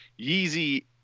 Yeezy